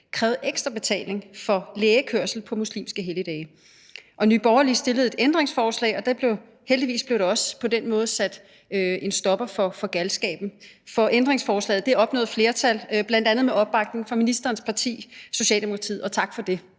krævede ekstra betaling for lægekørsel på muslimske helligdage. Og Nye Borgerlige stillede et ændringsforslag, og heldigvis blev der også på den måde sat en stopper for galskaben. Ændringsforslaget opnåede flertal, bl.a. med opbakning fra ministerens parti, Socialdemokratiet, og tak for det.